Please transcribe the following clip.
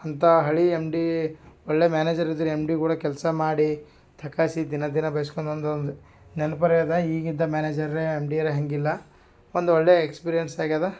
ಅಂತ ಹಳೆ M D ಒಳ್ಳೆ ಮ್ಯಾನೇಜರ್ ಇದ್ರು ಎಮ್ ಡಿ ಗೂಡ ಕೆಲಸ ಮಾಡಿ ತಕಾಸಿ ದಿನ ದಿನ ಬೈಸ್ಕೊನೊಂದೊಂದು ನೆನ್ಪು ರೆ ಅದ ಈಗ ಇದ್ದ ಮ್ಯಾನೇಜರ್ರೆ ಎಮ್ ಡಿ ರೆ ಹಂಗಿಲ್ಲ ಒಂದು ಒಳ್ಳೆ ಎಕ್ಸ್ಪೀರಿಯನ್ಸ್ ಆಗ್ಯಾದ